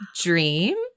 dream